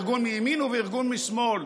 בארגון מימין או בארגון משמאל.